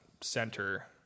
center